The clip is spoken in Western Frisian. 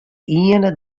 iene